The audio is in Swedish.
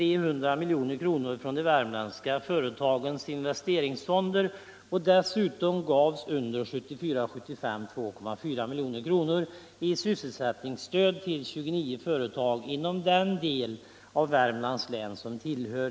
Herr talman!